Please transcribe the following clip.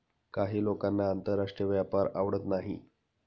काही लोकांना आंतरराष्ट्रीय व्यापार आवडत नाही